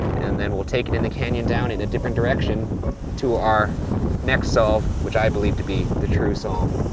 and then we'll take it in the canyon down in a different direction to our next solve, which i believe to be the true solve.